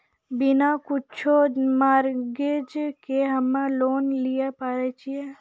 बिना कुछो मॉर्गेज के हम्मय लोन लिये पारे छियै?